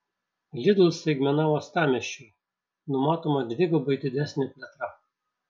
lidl staigmena uostamiesčiui numatoma dvigubai didesnė plėtra